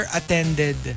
attended